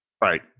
Right